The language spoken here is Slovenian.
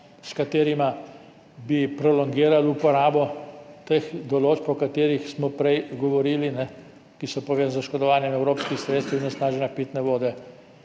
s katerima bi prolongirali uporabo teh določb, o katerih smo prej govorili, ki so povezane z oškodovanjem evropskih sredstev in onesnaženjem pitne vode.